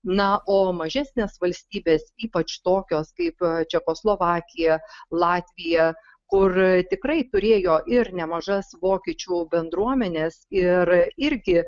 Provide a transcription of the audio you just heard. na o mažesnės valstybės ypač tokios kaip čekoslovakija latvija kur tikrai turėjo ir nemažas vokiečių bendruomenės ir irgi